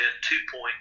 two-point